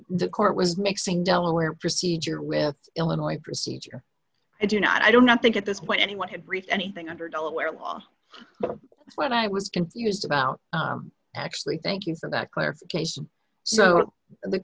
the court was mixing delaware procedure with illinois procedure i do not i don't think at this point anyone had read anything under delaware law but what i was confused about actually thank you for that clarification so